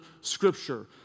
scripture